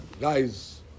guys